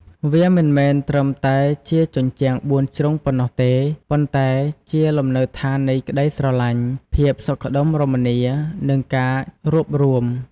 វាមិនមែនត្រឹមតែជាជញ្ជាំងបួនជ្រុងប៉ុណ្ណោះទេ ប៉ុន្តែជាលំនៅដ្ឋាននៃក្ដីស្រឡាញ់ ភាពសុខដុមរមនា និងការរួបរួម។